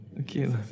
Okay